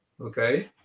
okay